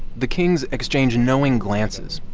the kings exchange knowing glances.